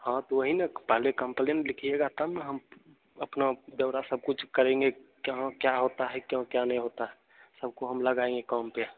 हाँ तो वही न पहले कंप्लेन लिखिएगा तब न हम अपना ब्यौरा सब कुछ करेंगे कहाँ क्या होता है क्यों क्या नहीं होता है सबको हम लगाएँगे काम पर